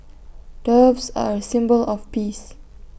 doves are A symbol of peace